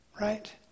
right